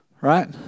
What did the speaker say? right